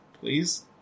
Please